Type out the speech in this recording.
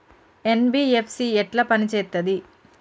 NBFC ఎట్ల పని చేత్తది?